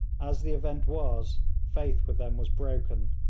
as the event was, faith with them was broken,